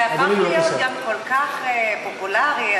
זה הפך להיות כל כך פופולרי,